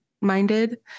minded